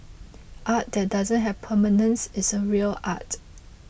art that doesn't have permanence is a real art